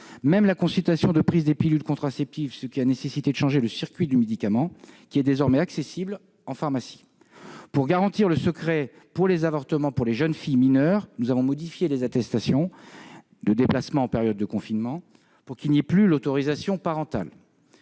la consultation de prise des pilules contraceptives, ce qui a nécessité de changer le circuit du médicament, désormais accessible en pharmacie. Pour garantir le secret des avortements pour les jeunes filles mineures, nous avons modifié les attestations de déplacement en période de confinement pour que n'y figure plus l'autorisation parentale.